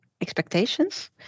expectations